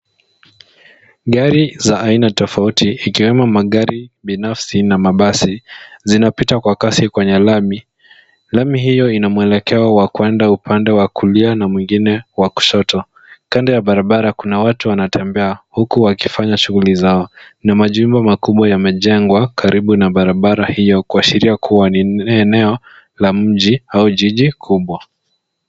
Gari za aina tofauti ikiwemo magari binafsi na mabasi, zinapita kwa kasi kwenye lami. Lami hio ina mwelekeo wakuenda upande wa kulia na mwingine wa kushoto. Kando ya barabara kuna watu wanatembea huku wakifanya shughuli zao na majumba makubwa yamejengwa karibu na barabara hio, kuashiria kuwa ni eneo la mji au jiji kubwa.